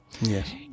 Yes